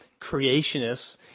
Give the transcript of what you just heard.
creationists